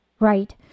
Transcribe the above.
Right